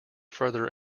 further